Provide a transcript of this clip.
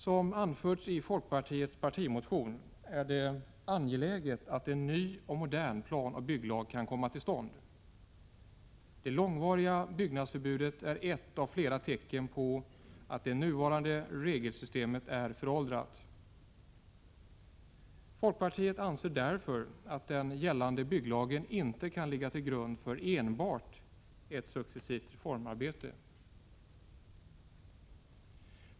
Som anförs i folkpartiets partimotion är det angeläget att en ny och modern planoch bygglag kan komma till stånd. De långvariga byggnadsförbuden är ett av flera tecken på att det nuvarande regelsystemet är föråldrat. Folkpartiet anser därför inte att den gällande bygglagen kan ligga till grund för enbart ett successivt reformarbete.